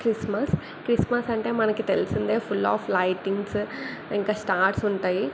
Christmas Christmas అంటే మనకి తెలిసిందే ఫుల్ ఆఫ్ లైటింగ్స్ ఇంకా స్టార్స్ ఉంటాయి